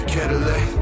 Cadillac